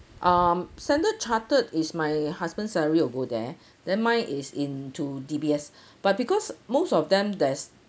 um standard chartered is my husband's salary will go there then mine is into D_B_S but because most of them there's